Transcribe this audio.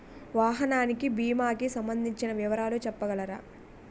వాహనానికి భీమా కి సంబందించిన వివరాలు చెప్పగలరా?